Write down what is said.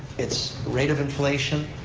it's rate of inflation,